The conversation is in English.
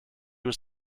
was